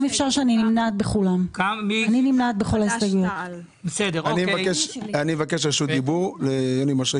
במקום המילים "ושתי נקודות זיכוי" יבוא "ושתיים וחצי נקודות